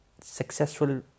successful